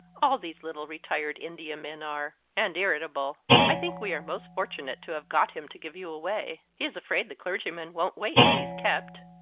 all these little retired india men are. and irritable. i think we are most fortunate to have got him to give you away. he is afraid the clergyman won't wait if he's kept.